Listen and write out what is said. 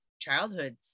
childhoods